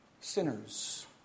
sinners